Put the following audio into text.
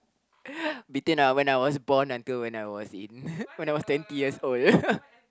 between I when I was born until when I was in when I was twenty years old